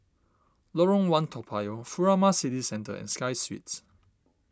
Lorong one Toa Payoh Furama City Centre and Sky Suites